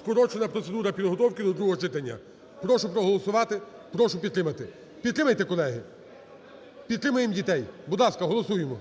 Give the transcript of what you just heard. скорочена процедура підготовки до другого читання. Прошу проголосувати. Прошу підтримати, підтримайте, колеги. Підтримаємо дітей. Будь ласка, голосуємо.